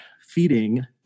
feeding